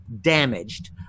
damaged